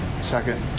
Second